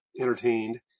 entertained